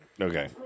Okay